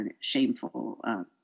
shameful